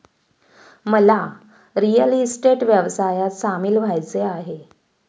मला real estate व्यवसायात सामील व्हायचे आहे